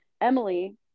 emily